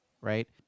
right